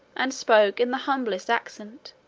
and spoke in the humblest accent,